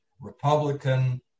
Republican